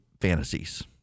fantasies